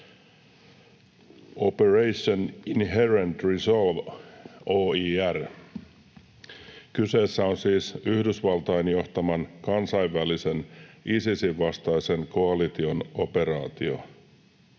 Operation Inherent Resolve, OIR. Kyseessä on siis Yhdysvaltain johtaman kansainvälisen Isisin vastaisen koalition operaatio.